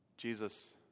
Jesus